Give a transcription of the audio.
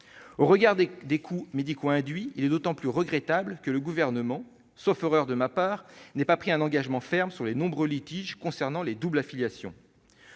Au regard des coûts médicaux induits, il est d'autant plus regrettable que le Gouvernement, sauf erreur de ma part, n'ait pas pris un engagement ferme sur les nombreux litiges concernant les doubles affiliations.